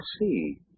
see